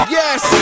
yes